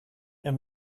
jag